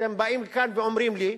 אתם באים כאן ואומרים לי,